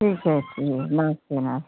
ठीक है नमस्ते मैम